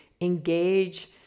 engage